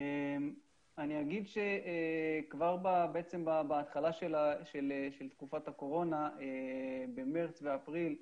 כבר בתחילת תקופת הקורונה, במרץ ואפריל,